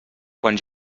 quan